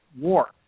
war